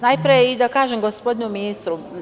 Najpre da kažem gospodinu ministru.